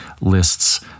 lists